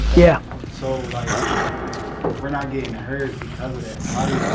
yeah. so like we're not getting heard because of that. so how do